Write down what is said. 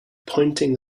pointing